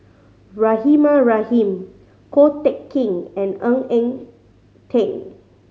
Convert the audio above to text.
Rahimah Rahim Ko Teck Kin and Ng Eng Teng